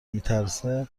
میترسه